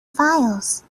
files